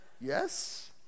Yes